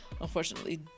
unfortunately